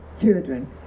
children